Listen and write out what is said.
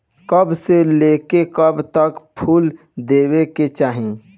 कब से लेके कब तक फुल देवे के चाही?